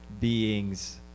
beings